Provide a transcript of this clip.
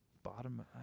bottom